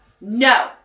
no